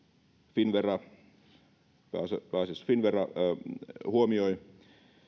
finnvera pääasiassa finnvera huomioi